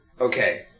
Okay